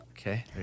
Okay